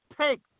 take